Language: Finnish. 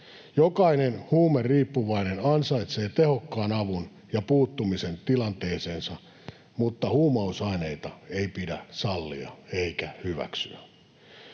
Jokainen huumeriippuvainen ansaitsee tehokkaan avun ja puuttumisen tilanteeseensa, mutta huumausaineita ei pidä sallia eikä hyväksyä.